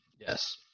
Yes